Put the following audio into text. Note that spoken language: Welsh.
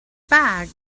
bag